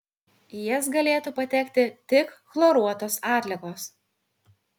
į jas galėtų patekti tik chloruotos atliekos